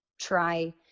try